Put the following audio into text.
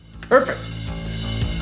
Perfect